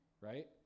right